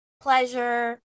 pleasure